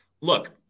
Look